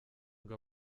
ngo